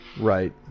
Right